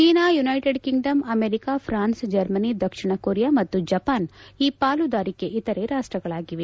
China United Kingdom America France Germany ದಕ್ಷಿಣ Korea ಮತ್ತು Japan ಈ ಪಾಲುದಾರಿಕೆಯ ಇತರೆ ರಾಷ್ಟಗಳಾಗಿವೆ